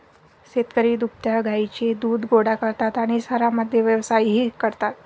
शेतकरी दुभत्या गायींचे दूध गोळा करतात आणि शहरांमध्ये व्यवसायही करतात